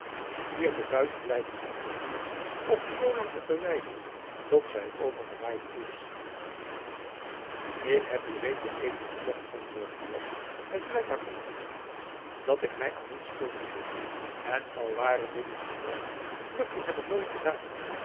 hier de bui te blijven afwachten of u zoolang te verwijderen tot zy overgewaaid is ik heb u reeds zoo even gezegd antwoordde buat met blijkbaar ongeduld dat ik my aan niets schuldig gevoel en al ware dit het geval vluchten heb ik nooit gedaan